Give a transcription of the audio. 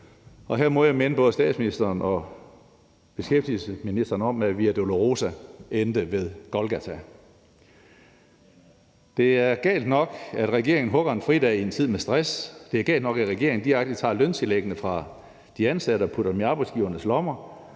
og her må jeg minde både statsministeren og beskæftigelsesministeren om, at Via Dolorosa endte ved Golgata. Det er galt nok, at regeringen hugger en fridag i en tid med stress. Det er galt nok, at regeringen direkte tager løntillæggene fra de ansatte og putter dem i arbejdsgivernes lommer.